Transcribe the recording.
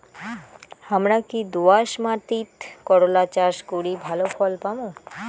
হামরা কি দোয়াস মাতিট করলা চাষ করি ভালো ফলন পামু?